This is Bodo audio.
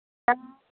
दा